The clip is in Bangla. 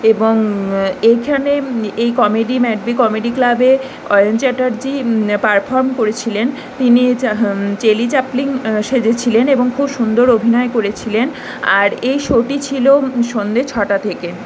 এবং এইখানে এই কমেডি ম্যাড বি কমেডি ক্লাবে অয়ন চ্যাটার্জি পারফর্ম করেছিলেন তিনি হচ্ছে চার্লি চ্যাপলিন সেজেছিলেন এবং খুব সুন্দর অভিনয় করেছিলেন আর এই শোটি ছিল সন্ধে ছটা থেকে